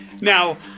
Now